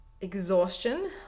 exhaustion